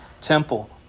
temple